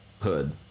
hood